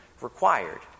required